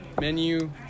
Menu